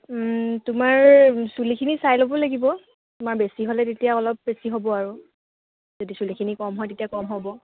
তোমাৰ চুলিখিনি চাই ল'ব লাগিব তোমাৰ বেছি হ'লে তেতিয়া অলপ বেছি হ'ব আৰ যদি চুলিখিনি কম হয় তেতিয়া কম হ'ব